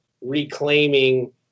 reclaiming